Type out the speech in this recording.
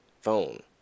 phone